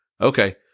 Okay